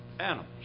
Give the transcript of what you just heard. animals